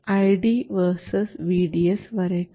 ID vs VDS വരയ്ക്കുക